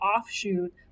offshoot